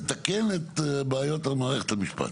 לתקן את הבעיות במערכת המשפט.